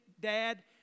dad